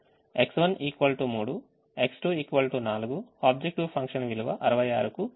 X1 3 X2 4 objective function విలువ 66 కు సమానం